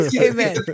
amen